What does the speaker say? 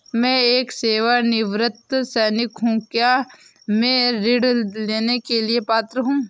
मैं एक सेवानिवृत्त सैनिक हूँ क्या मैं ऋण लेने के लिए पात्र हूँ?